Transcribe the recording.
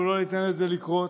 אנחנו לא ניתן לזה לקרות,